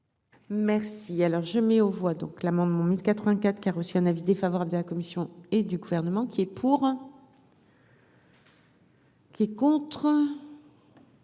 Merci, alors je mets aux voix donc l'amendement 1084 qui a reçu un avis défavorable de la commission et du gouvernement qui est pour. Qui est contre.